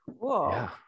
Cool